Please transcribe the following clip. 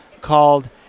called